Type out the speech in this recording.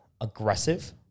aggressive